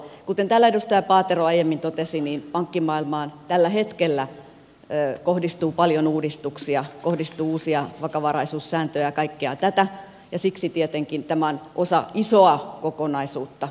kuten täällä edustaja paatero aiemmin totesi niin pankkimaailmaan tällä hetkellä kohdistuu paljon uudistuksia kohdistuu uusia vakavaraisuussääntöjä ja kaikkea tätä ja siksi tietenkin tämä on osa isoa kokonaisuutta